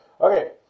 Okay